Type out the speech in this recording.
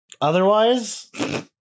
Otherwise